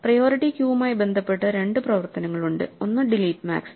priority ക്യൂയുമായി ബന്ധപ്പെട്ട രണ്ട് പ്രവർത്തനങ്ങളുണ്ട് ഒന്ന് ഡിലീറ്റ് മാക്സ്